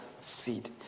seed